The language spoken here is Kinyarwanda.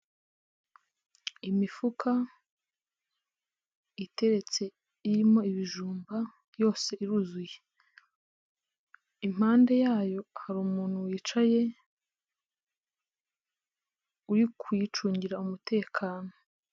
Imifuka iteretse irimo ibijumba yose iruzuye; impande yayo hari wicaye uri kuyicungira umutekano.